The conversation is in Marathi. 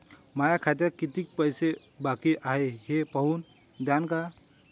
माया खात्यात कितीक पैसे बाकी हाय हे पाहून द्यान का?